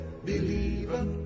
Believer